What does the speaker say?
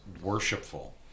worshipful